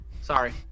Sorry